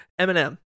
Eminem